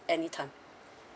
anytime